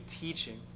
teaching